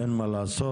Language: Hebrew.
אין מה לעשות,